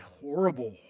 horrible